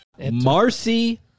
Marcy